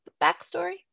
backstory